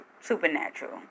supernatural